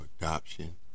adoption